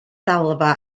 ddalfa